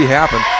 happen